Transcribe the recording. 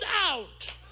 out